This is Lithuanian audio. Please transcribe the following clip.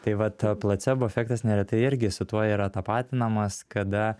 tai vat placebo efektas neretai irgi su tuo yra tapatinamas kada